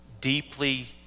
deeply